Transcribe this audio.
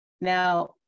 Now